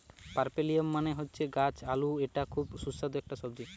পার্পেলিয়াম মানে হচ্ছে গাছ আলু এটা খুব সুস্বাদু একটা সবজি